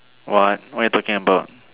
what what are you talking about